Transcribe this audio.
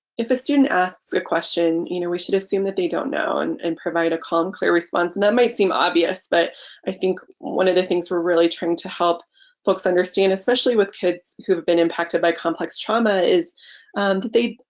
if a student asks a question you know we should assume that they don't know and and provide a calm clear response and that might seem obvious but i think one of the things were really trying to help folks understand especially with kids who have been impacted by complex trauma is that and they